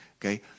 okay